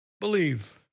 believe